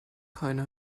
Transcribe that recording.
keine